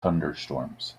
thunderstorms